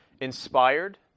inspired